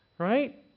Right